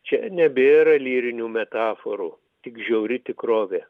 čia nebėra lyrinių metaforų tik žiauri tikrovė